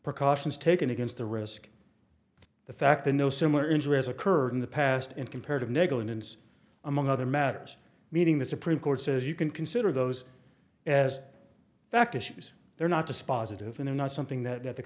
precautions taken against the risk the fact the no similar injuries occurred in the past and comparative negligence among other matters meeting the supreme court says you can consider those as fact issues they're not dispositive and they're not something that th